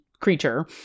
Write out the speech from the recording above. creature